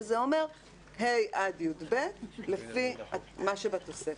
וזה אומר ה' עד י"ב לפי מה שבתוספת,